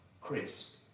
Chris